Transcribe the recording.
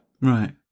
Right